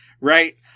Right